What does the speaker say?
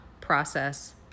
process